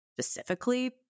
specifically